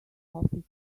office